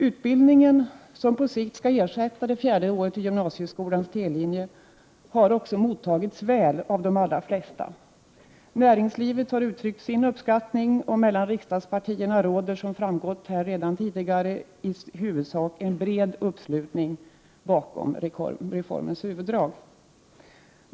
Utbildningen, som på sikt skall ersätta det fjärde året i gymnasieskolans T-linje har också mottagits väl av de allra flesta. Näringslivet har uttryckt sin uppskattning, och mellan riksdagspartierna råder i huvudsak, som framgått tidigare här i kammaren, en bred enighet om reformens huvuddrag.